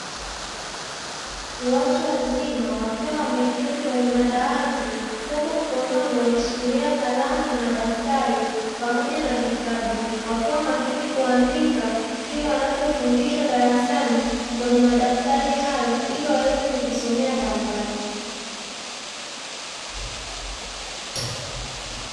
Watu wazima wakiwa wameketi kwenye madawati huku mkononi wameshikilia kalamu na madaftari pamoja na vitabu wakiwa makini kuandika kile wanacho fundishwa darasani kwenye madaftari hayo ili waweze kujisomea baadae.